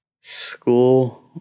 School